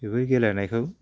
बेफोर गेलेनायखौ